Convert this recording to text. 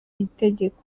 itegeko